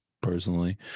personally